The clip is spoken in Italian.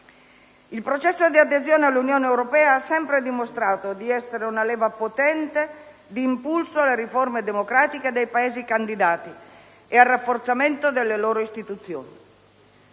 Il processo dì adesione all'Unione europea ha sempre dimostrato di essere una potente leva di impulso alle riforme democratiche dei Paesi candidati e al rafforzamento delle loro istituzioni.